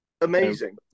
Amazing